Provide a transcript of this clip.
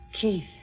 Keith